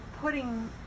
putting